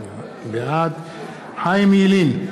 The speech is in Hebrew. בעד חיים ילין,